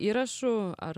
įrašų ar